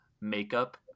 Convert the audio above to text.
makeup